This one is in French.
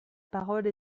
parole